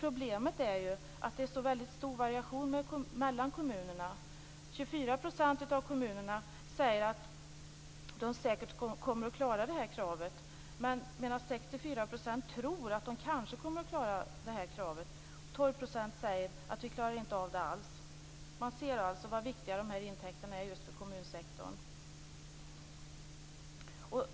Problemet är att det är en så stor variation mellan kommunerna.